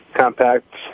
compact